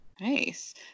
Nice